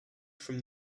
from